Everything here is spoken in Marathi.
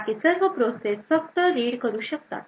बाकी सर्व प्रोसेस फक्त read करू शकतात